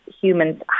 humans